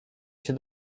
się